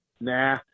Nah